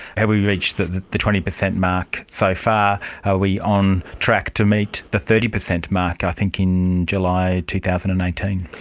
have we reached the the twenty percent mark so far? are we on track to meet the thirty percent mark i think in july two thousand and